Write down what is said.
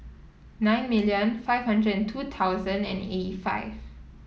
nine million five hundred and two thousand and eighty five